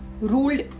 ruled